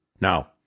Now